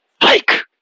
hike